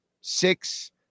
six